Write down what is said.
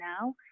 now